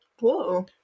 Whoa